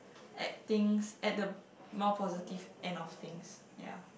at things at the more positive end of things ya